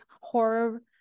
horror